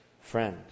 Friend